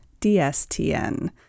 DSTN